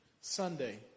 Sunday